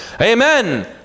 Amen